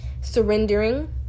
surrendering